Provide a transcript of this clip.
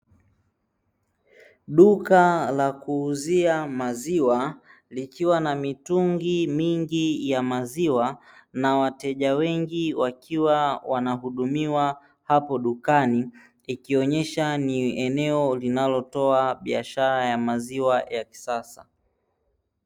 Duka la kuuzia maziwa likiwa na mitungi mingi ya maziwa na wateja wengi wakiwa wanahudumiwa hapo dukani, ikionyesha ni eneo linalotoa biashara ya maziwa ya kisasa.